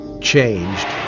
changed